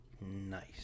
nice